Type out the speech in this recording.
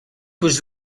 was